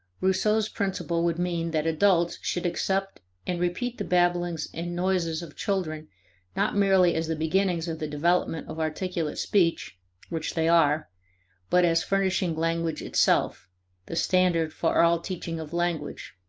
rousseau's principle would mean that adults should accept and repeat the babblings and noises of children not merely as the beginnings of the development of articulate speech which they are but as furnishing language itself the standard for all teaching of language.